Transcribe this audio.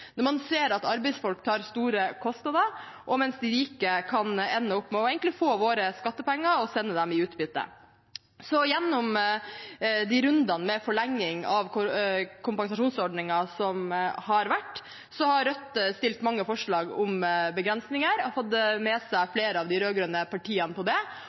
når man ser at arbeidsfolk tar store kostnader, mens de rike kan ende med å få våre skattepenger sendt dem i form av utbytte. Gjennom de rundene med forlenging av kompensasjonsordningen som har vært, har Rødt fremmet mange forslag om begrensninger og fått med seg flere av de rød-grønne partiene på det,